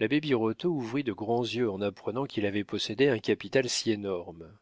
l'abbé birotteau ouvrit de grands yeux en apprenant qu'il avait possédé un capital si énorme